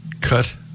Cut